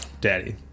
Daddy